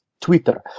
Twitter